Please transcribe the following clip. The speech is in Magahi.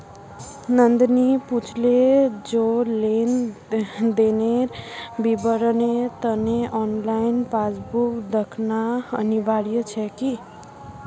नंदनी पूछले जे लेन देनेर विवरनेर त न ऑनलाइन पासबुक दखना अनिवार्य छेक की